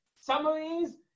summaries